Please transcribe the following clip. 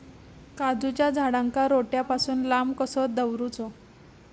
काजूच्या झाडांका रोट्या पासून लांब कसो दवरूचो?